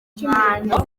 cyangwa